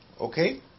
okay